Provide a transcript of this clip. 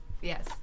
Yes